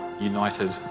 united